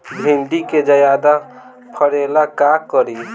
भिंडी के ज्यादा फरेला का करी?